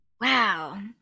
Wow